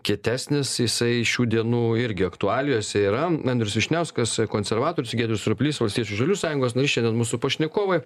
kietesnis jisai šių dienų irgi aktualijose yra andrius vyšniauskas konservatorius giedrius surplys valstiečių žaliųjų sąjungos narys šiandien mūsų pašnekovai